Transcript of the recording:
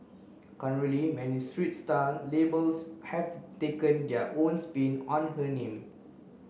currently many streets style labels have taken their own spin on her name